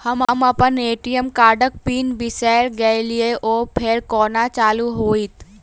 हम अप्पन ए.टी.एम कार्डक पिन बिसैर गेलियै ओ फेर कोना चालु होइत?